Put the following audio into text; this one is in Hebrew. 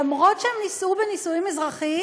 אף על פי שהם נישאו בנישואים אזרחיים,